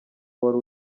wari